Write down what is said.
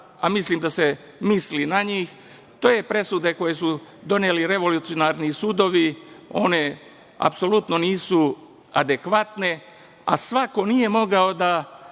a mislim da se misli na njih, te presude koje su doneli revolucionarni sudovi, one apsolutno nisu adekvatne, a svako nije mogao da